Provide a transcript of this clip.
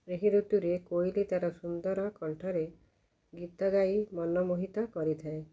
ଏହି ଋତୁରେ କୋଇଲି ତାର ସୁନ୍ଦର କଣ୍ଠରେ ଗୀତ ଗାଇ ମନମୋହିତ କରିଥାଏ